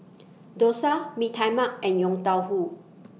Dosa Mee Tai Mak and Yong Tau Foo